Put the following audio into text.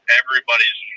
everybody's